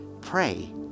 pray